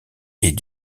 est